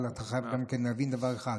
אבל אתה חייב להבין דבר אחד,